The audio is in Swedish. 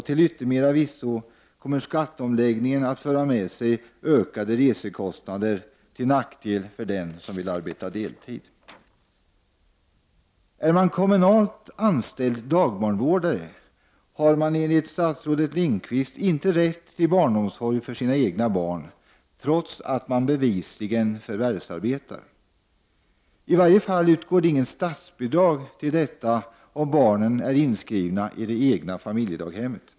Till yttermera visso kommer skatteomläggningen att föra med sig ökade reskostnader, till nackdel för den som vill arbeta deltid. Är man kommunalt anställd dagbarnvårdare har man enligt statsrådet Lindqvist inte rätt till barnomsorg för sina egna barn trots att man bevisligen förvärvsarbetar. I varje fall utgår det inga statsbidrag till detta om barnen är inskrivna i det egna familjedaghemmet.